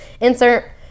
Insert